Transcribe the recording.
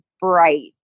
bright